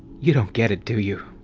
you don't get it, do you?